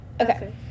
Okay